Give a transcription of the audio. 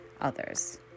others